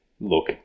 Look